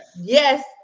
yes